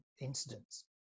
incidents